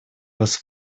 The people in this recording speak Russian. вас